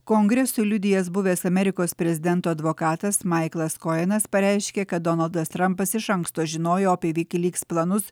kongresui liudijęs buvęs amerikos prezidento advokatas maiklas kojenas pareiškė kad donaldas trampas iš anksto žinojo apie viki liks planus